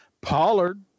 Pollard